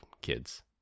kids